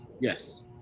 yes